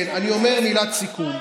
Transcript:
כן, אני אומר מילת סיכום.